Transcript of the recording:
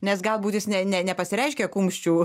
nes galbūt jis ne ne nepasireiškia kumščių